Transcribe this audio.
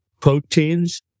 proteins